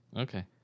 Okay